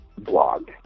blog